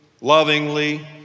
lovingly